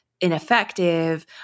ineffective